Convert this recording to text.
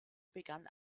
begann